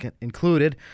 included